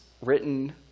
written